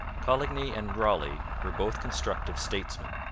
coligny and raleigh were both constructive statesmen.